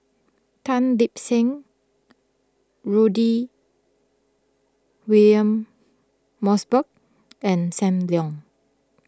Tan Lip Seng Rudy William Mosbergen and Sam Leong